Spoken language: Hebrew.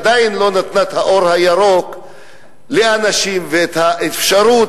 והיא עדיין לא נתנה את האור הירוק לאנשים ואת האפשרות